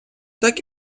так